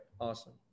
Awesome